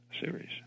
series